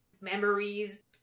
memories